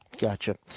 Gotcha